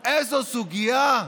איזו סוגיה.